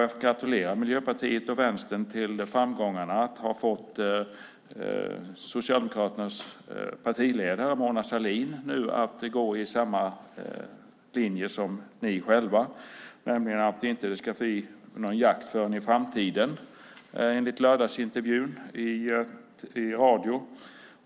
Jag får gratulera Miljöpartiet och Vänstern till framgången i att ha fått Socialdemokraternas partiledare Mona Sahlin att välja samma linje som ni, nämligen att det inte ska ske någon jakt förrän i framtiden. Det framkom i lördagsintervjun i radio.